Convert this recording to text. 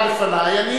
הדבר גם לנו.